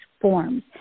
forms